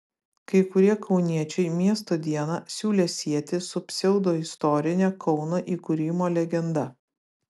kai kurie kauniečiai miesto dieną siūlė sieti su pseudoistorine kauno įkūrimo legenda